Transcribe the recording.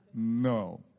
no